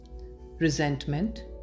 resentment